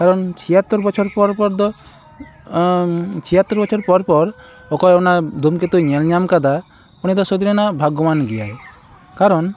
ᱠᱟᱨᱚᱱ ᱪᱷᱤᱭᱟᱛᱛᱚᱨ ᱵᱚᱪᱷᱚᱨ ᱯᱚᱨᱯᱚᱨ ᱫᱚ ᱪᱷᱤᱭᱟᱛᱛᱚᱨ ᱵᱚᱪᱷᱚᱨ ᱯᱚᱨᱯᱚᱨ ᱚᱠᱚᱭ ᱚᱱᱟᱭ ᱫᱷᱩᱢᱠᱮᱛᱩᱭ ᱧᱮᱞ ᱧᱟᱢ ᱟᱠᱟᱫᱟ ᱩᱱᱤᱫᱚ ᱥᱚᱛᱛᱤ ᱨᱮᱱᱟᱜ ᱵᱷᱟᱜᱽᱜᱚᱵᱟᱱ ᱜᱮᱭᱟᱭ ᱠᱟᱨᱚᱱ